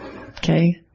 Okay